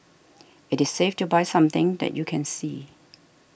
it is safer to buy something that you can see